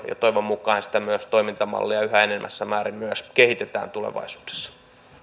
toivon mukaan sitä toimintamallia myös yhä enenevässä määrin kehitetään tulevaisuudessa